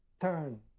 turn